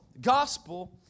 Gospel